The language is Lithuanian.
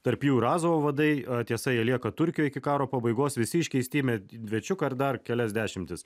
tarp jų ir azovo vadai tiesa jie lieka turkijoj iki karo pabaigos visi iškeisti į medvečiuką dar kelias dešimtis